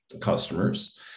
customers